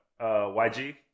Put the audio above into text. YG